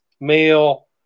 male